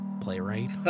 playwright